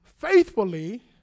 faithfully